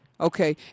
Okay